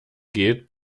geht